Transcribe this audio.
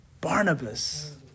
Barnabas